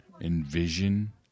envision